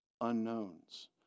unknowns